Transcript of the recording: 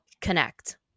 connect